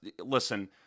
listen